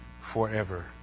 Forever